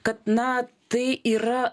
kad na tai yra